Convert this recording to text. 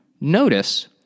Notice